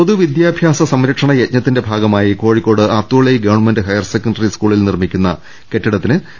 പൊതു വിദ്യാഭ്യാസ സംരക്ഷണ യജ്ഞത്തിന്റെ ഭാഗമായി Kozhikode Atholi government higher secondary സ്കൂളിൽ നിർമ്മിക്കുന്ന കെട്ടിടത്തിന് മന്ത്രി സി